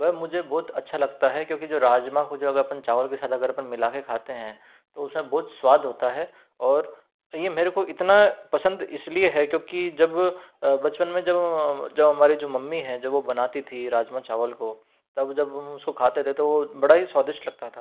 वह मुझे बहुत अच्छ लगता है क्योंकि जो राजमा को जब आपन चवल के साथ अगर अपन मिला के खाते हैं तो उस में बहुत स्वाद होता है और यह मेरे को इतना पसन्द इसलिए है क्योंकि जब बचपन में जब जो हमारी मम्मी हैं जब वो बनाती थी राजमा चावल को तब जब हम उसको खाते थे तो बड़ा ही स्वादिष्ट लगता था